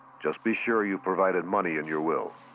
just be sure you provided money in your will.